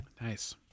Nice